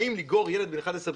האם לגרור ילד בן 11,